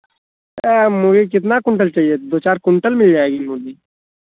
मूली कितना कुंटल चाहिए दो चार कुंटल मिल जाएगी मूली